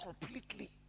completely